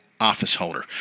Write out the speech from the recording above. officeholder